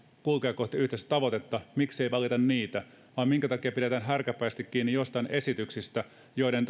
kulkea kohti yhteistä tavoitetta miksi ei valita niitä vaan pidetään härkäpäisesti kiinni joistain esityksistä joiden